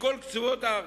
מכל קצוות הארץ.